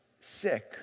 sick